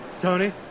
Tony